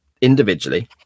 individually